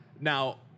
Now